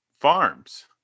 Farms